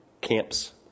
camps